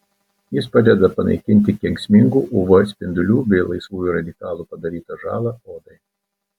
jis padeda panaikinti kenksmingų uv spindulių bei laisvųjų radikalų padarytą žalą odai